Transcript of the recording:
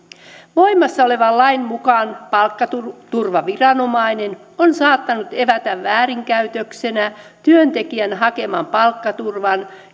voimassa olevan lain mukaan palkkaturvaviranomainen on saattanut evätä väärinkäytöksenä työntekijän hakeman palkkaturvan